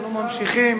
אנחנו ממשיכים.